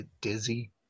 Dizzy